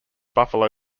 buffalo